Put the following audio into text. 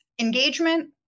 engagement